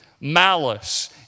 malice